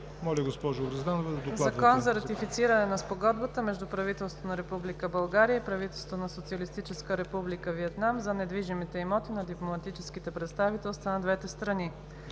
Моля, госпожо Грозданова, да докладвате.